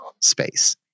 space